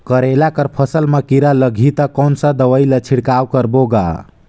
करेला कर फसल मा कीरा लगही ता कौन सा दवाई ला छिड़काव करबो गा?